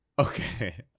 Okay